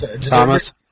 Thomas